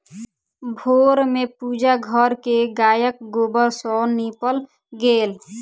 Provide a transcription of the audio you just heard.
भोर में पूजा घर के गायक गोबर सॅ नीपल गेल